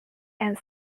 and